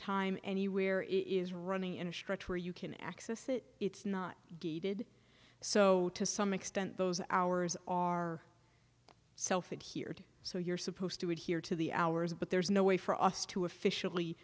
time anywhere it is running in a structure you can access it it's not gated so to some extent those hours are self it here so you're supposed to adhere to the hours but there's no way for us to officially